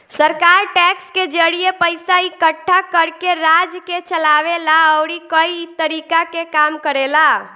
सरकार टैक्स के जरिए पइसा इकट्ठा करके राज्य के चलावे ला अउरी कई तरीका के काम करेला